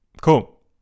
Cool